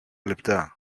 λεπτά